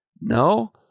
No